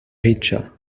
riĉa